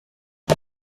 the